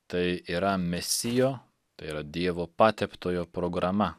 tai yra mesijo tai yra dievo pateptojo programa